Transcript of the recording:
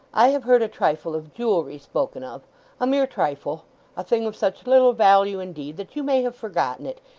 i have heard a trifle of jewellery spoken of a mere trifle a thing of such little value, indeed, that you may have forgotten it.